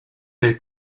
del